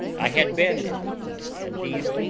i had been in the east indies,